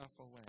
away